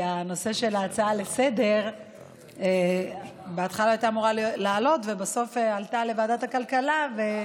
כי ההצעה לסדר-היום בהתחלה הייתה אמורה לעלות ובסוף עלתה לוועדת הכלכלה.